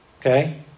Okay